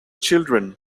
children